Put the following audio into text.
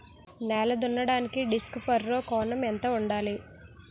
నేల దున్నడానికి disc furrow కోణం ఎంత ఉండాలి?